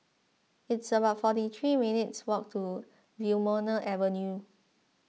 it's about forty three minutes' walk to Wilmonar Avenue